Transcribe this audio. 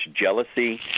jealousy